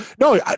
No